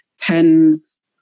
tens